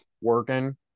working